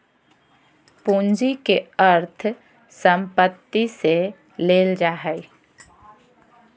पूंजी के अर्थ संपत्ति से लेल जा हइ